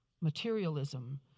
materialism